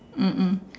mm mm